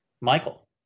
Michael